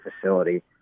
facility